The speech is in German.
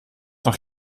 noch